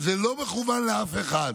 זה לא מכוון לאף אחד.